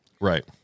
Right